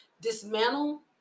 Dismantle